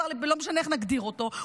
לא משנה איך נגדיר אותו,